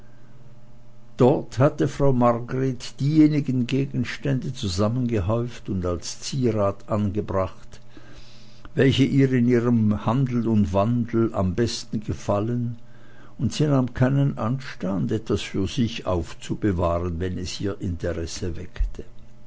dort hatte frau margret diejenigen gegenstände zusammen gehäuft und als zierat angebracht welche ihr in ihrem handel und wandel am besten gefallen und sie nahm keinen anstand etwas für sich aufzubewahren wenn es ihr interesse erweckte